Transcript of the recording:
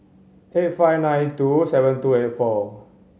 eight five nine two seven two eight four